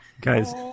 Guys